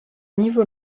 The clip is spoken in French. niveau